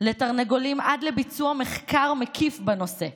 לתרנגולים עד לביצוע מחקר מקיף בנושא,